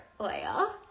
oil